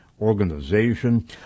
organization